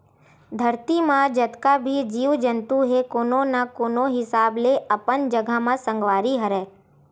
धरती म जतका भी जीव जंतु हे कोनो न कोनो हिसाब ले अपन जघा म संगवारी हरय